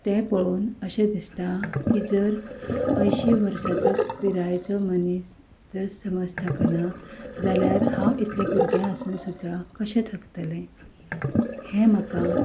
तें पळोवन अशें दिसता की जर अंयशी वर्साचो पिरायेचो मनीस जर समज थकना जाल्यार हांव इतलें भुरगें आसून सुद्दां कशें थकतलें हें म्हाका